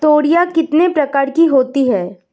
तोरियां कितने प्रकार की होती हैं?